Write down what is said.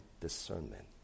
discernment